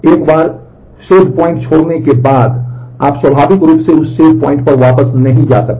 एक बार एक सुरक्षित बिंदु पर वापस नहीं जा सकते